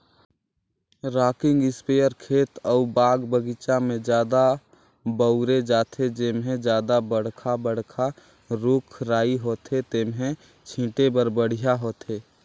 rocking इस्पेयर खेत अउ बाग बगीचा में जादा बउरे जाथे, जेम्हे जादा बड़खा बड़खा रूख राई होथे तेम्हे छीटे बर बड़िहा होथे